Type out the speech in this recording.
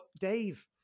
Dave